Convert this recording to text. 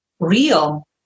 Real